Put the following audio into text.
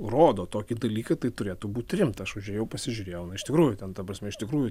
rodo tokį dalyką tai turėtų būt rimta aš užėjau pasižiūrėjau iš tikrųjų ten ta prasme iš tikrųjų